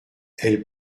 elle